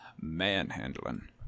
Manhandling